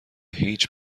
هیچ